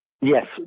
Yes